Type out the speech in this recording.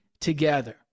together